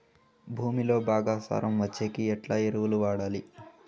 భూమిలో బాగా సారం వచ్చేకి ఎట్లా ఎరువులు వాడాలి?